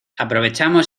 aprovechamos